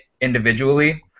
individually